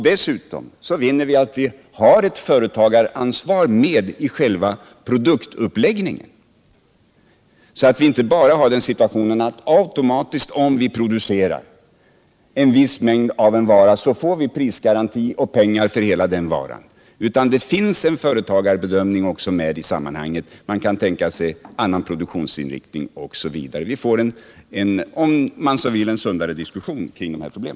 Dessutom får vi ett företagaransvar vid själva produktuppläggningen, så att vi inte bara automatiskt får en prisgaranti vid produktion av en viss mängd av en vara och betalning för hela denna varumängd. Det kommer också in en företagarbedömning i sammanhanget, om huruvida man skall gå in för en annan produktionsinriktning osv. Vi får, om jag får uttrycka det så, en sundare diskussion om dessa problem.